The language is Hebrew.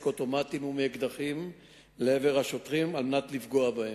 אוטומטיים ומאקדחים לעבר השוטרים על מנת לפגוע בהם.